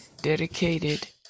dedicated